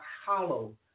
hollow